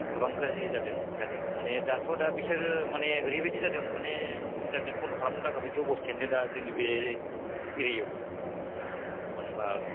गोबां गाज्रि जादों जानाया माने दाथ' दा बिसोरो माने ओरैबायदि जादों माने इन्टारनेट बन्द खालामनो लागाबायदियाव अबस्थायानो दा जोंनि बे एरियायावबो मानो होमब्ला